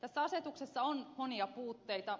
tässä asetuksessa on monia puutteita